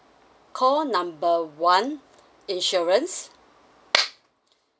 call number one insurance